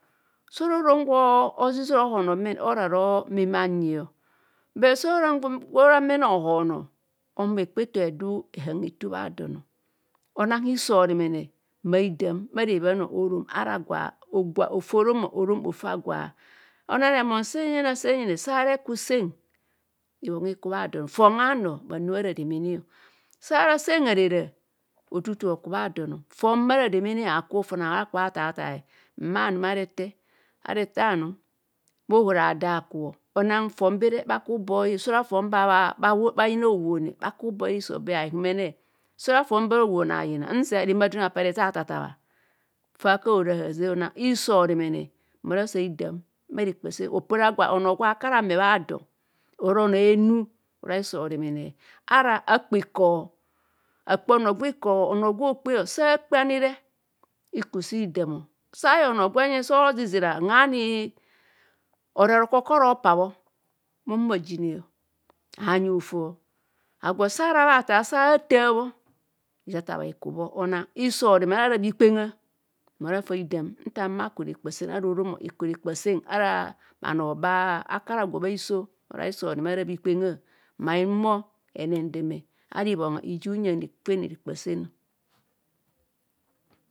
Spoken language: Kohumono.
Sa ora orom gwe ozizira ohoone mene hiso ora meme re anyi o but so ora orom gwe ora mene hohoono o humo hekpa eto edu hehan hetu bhaaton o onang hiso oremene maidam bha rebhan orom ara gwa gwa ofa orom o orom ota gwa onang remon senjene arr senjene sa reku seeb ibhongha iku bhadon o fon aano bhanyi bha ra demene o sara sen- haresa otu- otua okubha do o fon bhara demene habhaku bhakubho bha- tha tha mma ara ete anum bhahora had da bhaku and fon bere bhaku boiro so ara fon ba bha yina hoowoone bha ku boii hiso be na ihumene so ora fon ba bhara howoone habhayina nzia remadon apa rethatha thabha fa aku ora habha zeng o. Onang hiso oremene mora sa hidaam bharekpasen opo ora ono gwe ara gwo bhaa don ora onoo a enu ora hiso oremene ara akpe onogwe ikor onoo gwe ookpe o sa akpe ani re hiku si hidda. Sa ayenv onoo gwenyene si oro ozizira haani onoo a roko okura opa bho bho humo aginee anyi hotoo agwo sara bhatha sa ahaana bhi hitha tha bhr hikubho onang hiso oremene ara bhikpenga mora fa bhidam nta ahumo aku rekpasen ara orom ọ bhaku rekpasen ara bhanoo ba aku ara agwo bhikpengi ma bhi homone henendeme ara ibongha iji huyang kwen rekpa seno